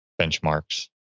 benchmarks